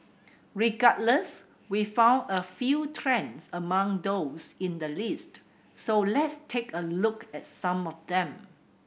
regardless we found a few trends among those in the list so let's take a look at some of them